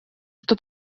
что